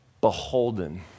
beholden